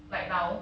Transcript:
like now